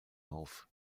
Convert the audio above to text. auf